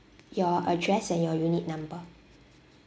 your address and your unit number